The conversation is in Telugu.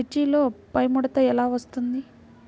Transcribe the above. మిర్చిలో పైముడత ఎలా వస్తుంది?